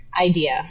idea